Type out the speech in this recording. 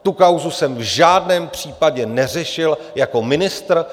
Tu kauzu jsem v žádném případě neřešil jako ministr.